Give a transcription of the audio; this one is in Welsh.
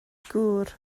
gŵr